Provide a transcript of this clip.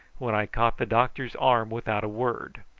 when i caught the doctor's arm without a word.